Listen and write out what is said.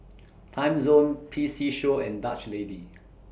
Timezone P C Show and Dutch Lady